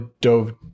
dove